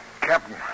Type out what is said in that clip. Captain